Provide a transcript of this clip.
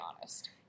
honest